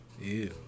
Ew